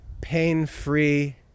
pain-free